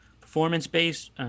Performance-based